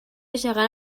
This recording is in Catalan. gegant